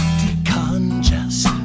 decongest